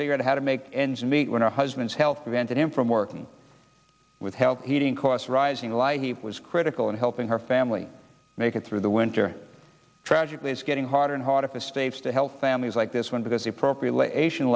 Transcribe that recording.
figure out how to make ends meet when her husband's health venton him from working with health heating costs rising like he was critical in helping her family make it through the winter tragically it's getting harder and harder for states to help families like this one because appropriate